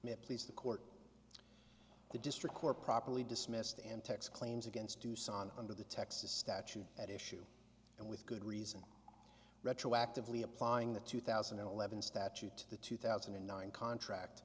it please the court the district court properly dismissed and tx claims against tucson under the texas statute at issue and with good reason retroactively applying the two thousand and eleven statute the two thousand and nine contract